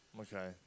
Okay